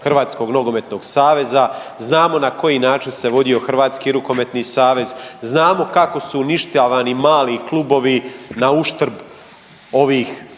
Hrvatskog nogometnog saveza, znamo na koji način se vodio Hrvatski rukometni savez, znamo kako su uništavani mali klubovi na uštrb ovih